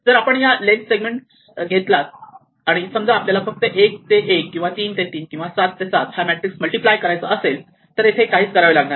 जर आपण 1 या लेन्थ चा सेगमेंट घेतला आणि समजा आपल्याला फक्त 1 ते 1 किंवा 3 ते 3 किंवा 7 ते 7 हा मॅट्रिक्स मल्टिप्लाय करायचा असेल तर इथे काहीच करावे लागणार नाही